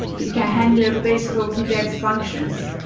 it can handle basic ah pbx functions.